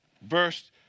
Verse